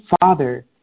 Father